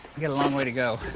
we got a long way to go.